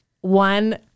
one